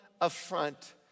affront